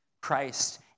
Christ